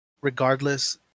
Regardless